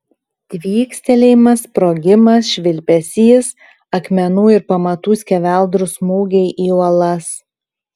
tvykstelėjimas sprogimas švilpesys akmenų ir pamatų skeveldrų smūgiai į uolas